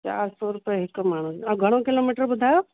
चारि सौ रुपए हिक माण्हूं ऐं घणो किलोमीटर ॿुधायव